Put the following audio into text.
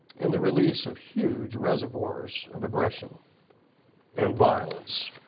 and the release of huge reservoirs of aggression and violence.